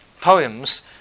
poems